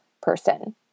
person